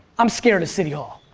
i'm scared of city hall.